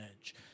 edge